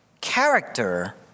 Character